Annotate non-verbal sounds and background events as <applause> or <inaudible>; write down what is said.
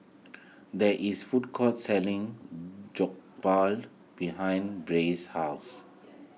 there is food court selling <hesitation> Jokbal behind Ray's house